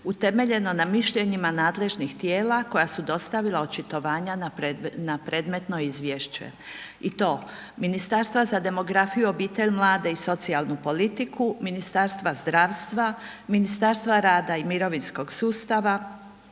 utemeljeno na mišljenima nadležnih tijela koja su dostavila očitovanja na predmetno izvješće. I to, Ministarstva za demografiju, obitelj, mlade i socijalnu politiku, Ministarstva zdravstva, Ministarstva rada i mirovinskog sustava,